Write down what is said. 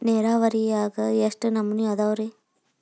ನೇರಾವರಿಯಾಗ ಎಷ್ಟ ನಮೂನಿ ಅದಾವ್ರೇ?